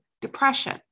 depression